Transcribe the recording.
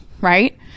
Right